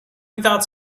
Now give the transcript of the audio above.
without